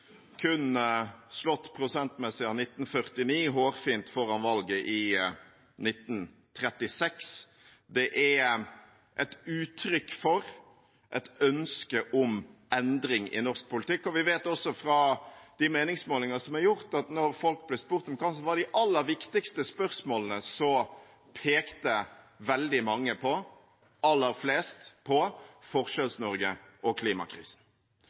kun slått prosentmessig i 1949, hårfint foran valget i 1936. Det er et uttrykk for et ønske om en endring i norsk politikk. Vi vet også fra de meningsmålingene som er gjort, at når folk ble spurt om hva som var de aller viktigste spørsmålene, pekte de aller fleste på Forskjells-Norge og klimakrisen.